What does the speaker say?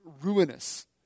ruinous